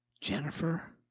Jennifer